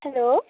hello